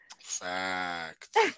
Fact